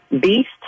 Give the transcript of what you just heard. beast